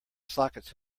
sockets